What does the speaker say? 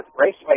Raceway